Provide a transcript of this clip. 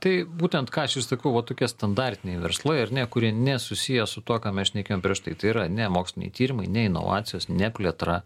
tai būtent ką aš ir sakau va tokie standartiniai verslai ar ne kurie nesusiję su tuo ką mes šnekėjom prieš tai tai yra ne moksliniai tyrimai ne inovacijos ne plėtra